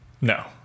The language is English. No